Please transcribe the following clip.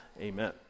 Amen